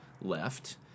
left